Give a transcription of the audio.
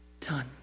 done